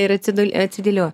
ir atsiduli atsidėlioja